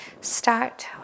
start